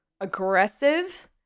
aggressive